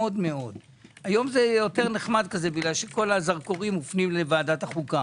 היום יותר נחמד כי כל הזרקורים מופנים לוועדת החוקה